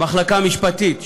המחלקה המשפטית,